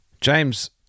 james